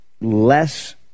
less